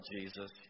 Jesus